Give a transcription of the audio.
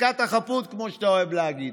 חזקת החפות, כמו שאתה אוהב להגיד.